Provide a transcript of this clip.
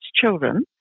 children